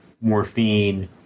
morphine